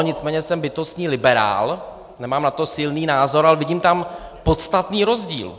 Nicméně jsem bytostný liberál, nemám na to silný názor, ale vidím tam podstatný rozdíl.